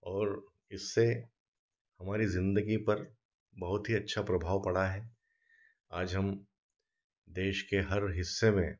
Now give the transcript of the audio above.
और इससे हमारी ज़िन्दगी पर बहुत ही अच्छा प्रभाव पड़ा है आज हम देश के हर हिस्से में